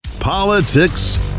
Politics